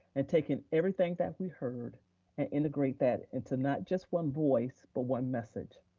and taking everything that we heard and integrate that into not just one voice but one message,